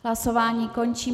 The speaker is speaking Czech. Hlasování končím.